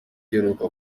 iheruka